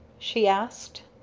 she asked.